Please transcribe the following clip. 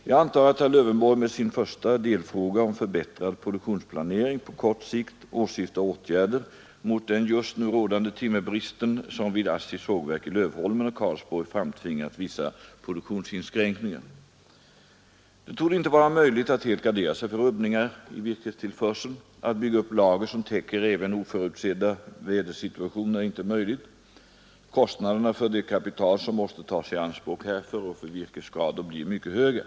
Jag antar att herr Lövenborg med sin första delfråga om förbättrad produktionsplanering på kort sikt åsyftar åtgärder mot den just nu rådande timmerbristen, som vid ASSI:s sågverk i Lövholmen och Karlsborg framtvingat vissa produktionsinskränkningar. Det torde inte vara möjligt att helt gardera sig för rubbningar i virkestillförseln. Att bygga upp lager som täcker även oförutsedda vädersituationer är inte möjligt. Kostnaderna för det kapital som måste Nr 86 tas i anspråk härför och för virkesskador blir mycket höga.